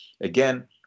again